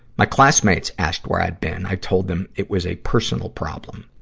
my classmates asked where i'd been. i told them it was a personal problem.